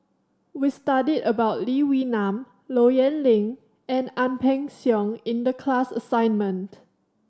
we studied about Lee Wee Nam Low Yen Ling and Ang Peng Siong in the class assignment